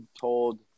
told